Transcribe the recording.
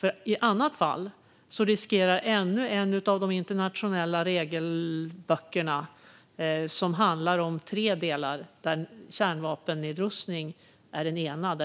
Låt oss inte riskera ännu en av de internationella regelböckerna - det är tre delar, där kärnvapennedrustning är den ena.